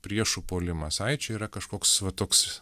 priešų puolimas ai čia yra kažkoks va toks